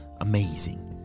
amazing